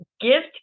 Gift